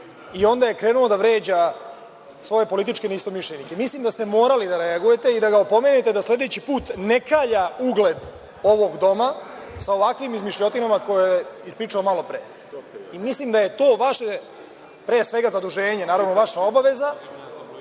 i onda je krenuo da vređa svoje političke neistomišljenike. Mislim da ste morali da reagujete i da ga opomenete da sledeći put ne kalja ugled ovog doma sa ovakvim izmišljotinama koje je ispričao malo pre. Mislim da je to vaše zaduženje, naravno, vaša obaveza,